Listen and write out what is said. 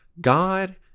God